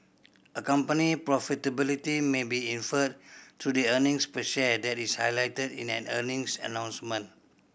a company profitability may be inferred through the earnings per share that is highlighted in an earnings announcement